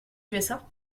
usa